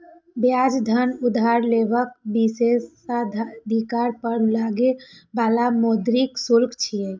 ब्याज धन उधार लेबाक विशेषाधिकार पर लागै बला मौद्रिक शुल्क छियै